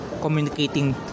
communicating